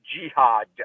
jihad